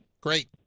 Great